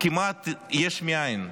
כמעט יש מאין,